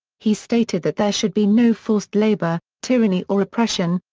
he stated that there should be no forced labour, tyranny or oppression,